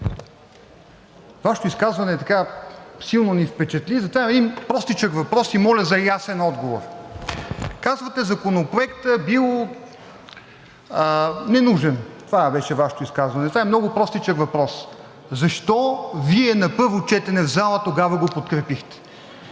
Вашето изказване силно ни впечатли. Затова имам един простичък въпрос и моля за ясен отговор. Казвате, че Законопроектът бил ненужен, това беше изказване, това е много простичък въпрос: защо Вие на първо четене в залата тогава го подкрепихте?